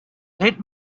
let